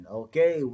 okay